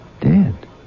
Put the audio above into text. dead